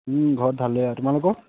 ঘৰত ভালেই আৰু তোমালোকৰ